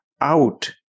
out